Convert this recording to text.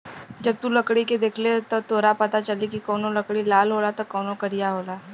जब तू लकड़ी के देखबे त तोरा पाता चली की कवनो लकड़ी लाल होला त कवनो करिया होला